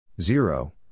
zero